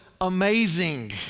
amazing